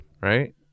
right